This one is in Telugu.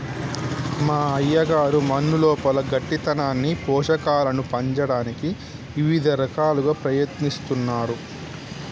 మా అయ్యగారు మన్నులోపల గట్టితనాన్ని పోషకాలను పంచటానికి ఇవిద రకాలుగా ప్రయత్నిస్తున్నారు